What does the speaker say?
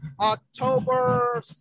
October